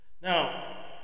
Now